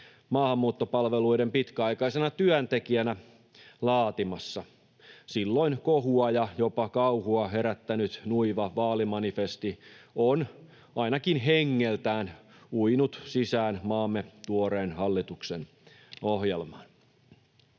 maahanmuuttopalveluiden pitkäaikaisena työntekijänä laatimassa. Silloin kohua ja jopa kauhua herättänyt Nuiva Vaalimanifesti on, ainakin hengeltään, uinut sisään maamme tuoreen hallituksen ohjelmaan.